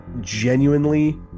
genuinely